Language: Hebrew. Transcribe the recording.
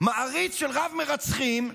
מעריץ של רב-מרצחים,